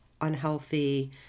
unhealthy